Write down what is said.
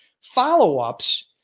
follow-ups